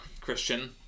Christian